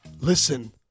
Listen